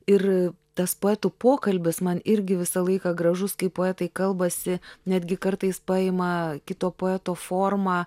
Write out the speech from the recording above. ir tas poetų pokalbis man irgi visą laiką gražus kai poetai kalbasi netgi kartais paima kito poeto formą